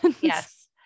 Yes